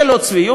זה לא צביעות?